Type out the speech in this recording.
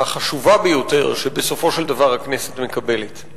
החשובה ביותר, בסופו של דבר, שהכנסת מקבלת.